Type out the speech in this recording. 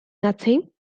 nothing